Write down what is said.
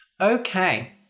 Okay